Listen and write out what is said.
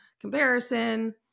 comparison